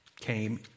came